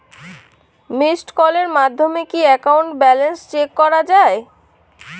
Missed কলের মাধ্যমে কি একাউন্ট ব্যালেন্স চেক করা যায়?